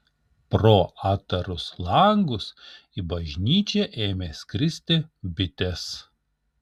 pro atdarus langus į bažnyčią ėmė skristi bitės